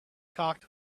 cocked